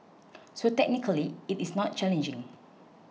so technically it is not challenging